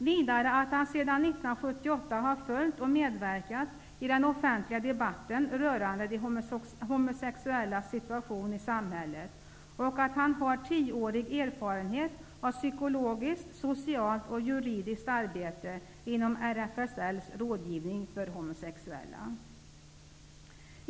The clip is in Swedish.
Vidare har han åberopat att han sedan 1978 har följt och medverkat i den offentliga debatten rörande de homosexuellas situation i samhället. Han har tio års erfarenhet av psykologiskt, socialt och juridiskt arbete inom RFSL rådgivning för homosexuella.